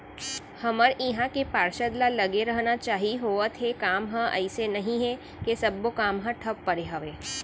हमर इहाँ के पार्षद ल लगे रहना चाहीं होवत हे काम ह अइसे नई हे के सब्बो काम ह ठप पड़े हवय